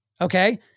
Okay